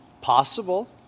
possible